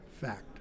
fact